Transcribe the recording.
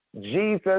Jesus